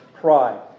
pride